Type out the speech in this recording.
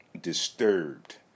disturbed